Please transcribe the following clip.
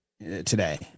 today